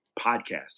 podcast